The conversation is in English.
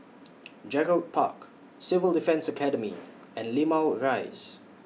Gerald Park Civil Defence Academy and Limau Rise